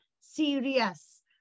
serious